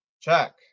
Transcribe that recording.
Check